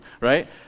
right